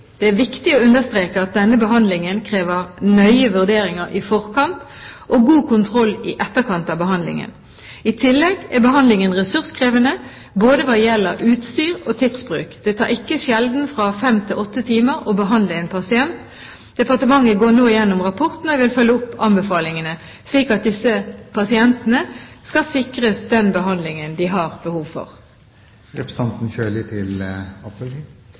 Det er viktig å understreke at denne behandlingen krever nøye vurderinger i forkant og god kontroll i etterkant av behandlingen. I tillegg er behandlingen ressurskrevende både hva gjelder utstyr og tidsbruk. Det tar ikke sjelden fra fem–åtte timer å behandle en pasient. Departementet går nå gjennom rapporten, og jeg vil følge opp anbefalingene, slik at disse pasientene skal sikres den behandlingen de har behov for.